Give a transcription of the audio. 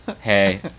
Hey